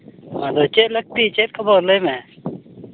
ᱟᱫᱚ ᱪᱮᱫ ᱞᱟᱹᱠᱛᱤ ᱪᱮᱫ ᱠᱷᱚᱵᱚᱨ ᱞᱟᱹᱭ ᱢᱮ